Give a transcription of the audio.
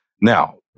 Now